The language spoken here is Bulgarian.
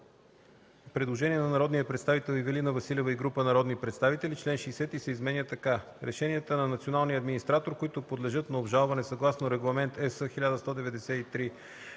Предложение на народния представител Ивелина Василева и група народни представители: „Чл. 60 се изменя така: „Чл. 60. (1) Решенията на националния администратор, които подлежат на обжалване съгласно Регламент (ЕС)